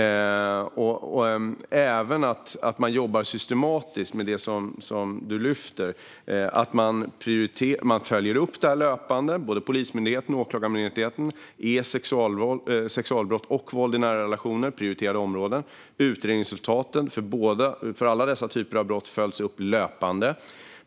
Det gäller även att man jobbar systematiskt med det som du, Annika Qarlsson, lyfter fram och att man följer upp detta löpande. Sexualbrott och våld i nära relationer är prioriterade områden för Polismyndigheten och Åklagarmyndigheten, och utredningsresultaten för alla dessa typer av brott följs upp löpande.